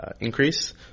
increase